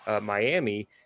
Miami